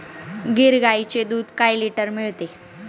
गीर गाईचे दूध काय लिटर मिळते?